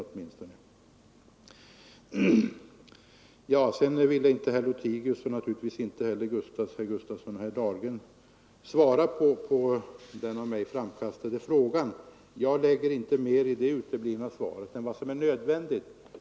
101 Vidare ville inte herr Lothigius och naturligtvis inte heller herrar Sven Gustafson och Dahlgren svara på den av mig framkastade frågan. Jag lägger inte in mer i det uteblivna svaret än vad som är nödvändigt.